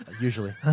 usually